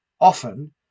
often